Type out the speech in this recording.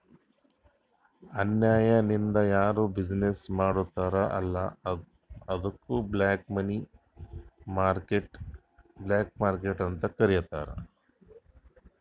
ಅನ್ಯಾಯ ಲಿಂದ್ ಯಾರು ಬಿಸಿನ್ನೆಸ್ ಮಾಡ್ತಾರ್ ಅಲ್ಲ ಅದ್ದುಕ ಬ್ಲ್ಯಾಕ್ ಮಾರ್ಕೇಟ್ ಅಂತಾರ್